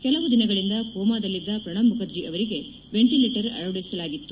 ಕೆಲವು ದಿನಗಳಿಂದ ಕೋಮಾದಲ್ಲಿದ್ದ ಪ್ರಣಬ್ ಮುಖರ್ಜಿ ಅವರಿಗೆ ವೆಂಟಿಲೇಟರ್ ಅಳವಡಿಸಲಾಗಿತ್ತು